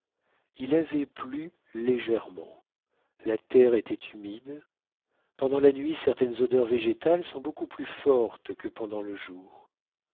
il avait plu légèrement la terre était humide pendant la nuit certaines odeurs végétales sont beaucoup plus fortes que pendant le jour